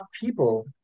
people